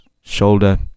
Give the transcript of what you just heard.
shoulder